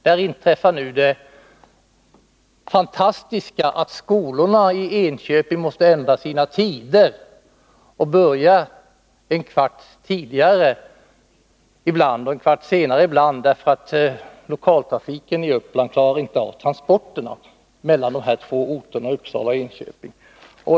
Det fantastiska har inträffat att skolorna i Enköping har måst ändra sina skoltider — genom att börja en kvart tidigare ibland och en kvart senare ibland — på grund av att lokaltrafiken i Uppland inte klarar av transporterna mellan de två orterna Uppsala och Enköping.